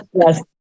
Yes